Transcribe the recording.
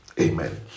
Amen